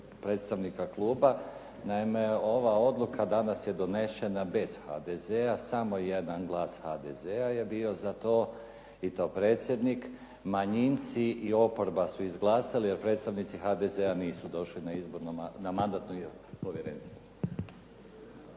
predstavnika kluba. Naime, ova odluka danas je donešena bez HDZ-a, samo jedan glas HDZ-a je bio za to i to predsjednik. Manjinci i oporba su izglasali, jer predstavnici HDZ-a nisu došli na Mandatno povjerenstvo.